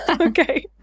Okay